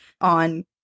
on